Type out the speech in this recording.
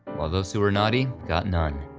while those who were naughty got none.